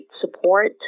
support